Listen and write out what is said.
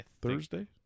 thursday